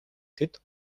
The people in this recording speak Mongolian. тэд